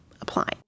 applying